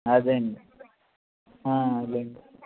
అదే అండి ఆ అదే అండి